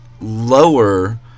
lower